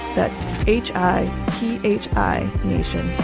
that's h i p h i. nation